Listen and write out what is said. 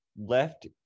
Left